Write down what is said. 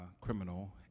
criminal